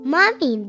Mommy